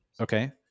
Okay